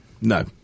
no